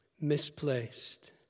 misplaced